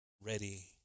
ready